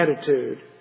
attitude